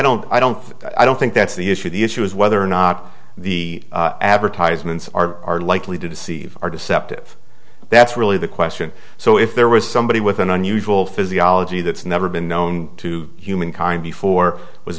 don't i don't i don't think that's the issue the issue is whether or not the advertisements are likely to deceive or deceptive that's really the question so if there was somebody with an unusual physiology that's never been known to humankind before was